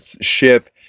ship